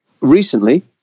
Recently